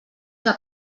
que